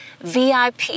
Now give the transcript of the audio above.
VIP